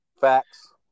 Facts